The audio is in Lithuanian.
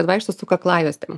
kad vaikštot su kaklajuostėm